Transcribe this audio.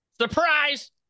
Surprise